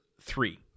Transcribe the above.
three